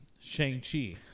Shang-Chi